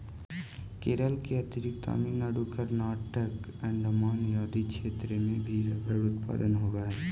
केरल के अतिरिक्त तमिलनाडु, कर्नाटक, अण्डमान आदि क्षेत्र में भी रबर उत्पादन होवऽ हइ